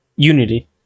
unity